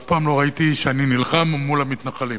אף פעם לא ראיתי שאני נלחם מול המתנחלים.